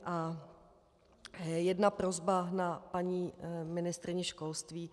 A jedna prosba na paní ministryni školství.